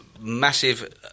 massive